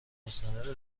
مستند